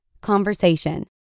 conversation